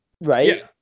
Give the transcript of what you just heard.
right